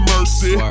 Mercy